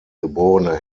geborene